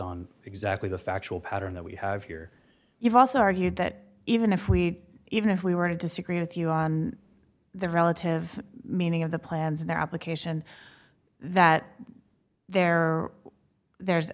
on exactly the factual pattern that we have here you've also argued that even if we even if we were to disagree with you on the relative meaning of the plans and the application that there are there's